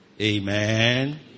Amen